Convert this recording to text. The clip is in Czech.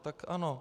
Tak ano.